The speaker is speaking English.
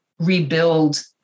rebuild